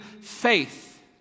faith